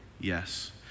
Yes